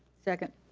second.